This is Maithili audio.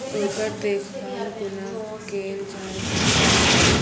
ओकर देखभाल कुना केल जायत अछि?